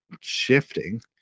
shifting